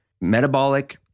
metabolic